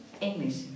English